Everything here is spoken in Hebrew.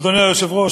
אדוני היושב-ראש,